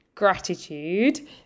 Gratitude